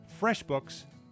FreshBooks